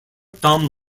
dumb